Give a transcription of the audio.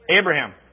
Abraham